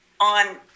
on